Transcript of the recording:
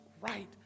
right